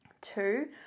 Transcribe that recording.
Two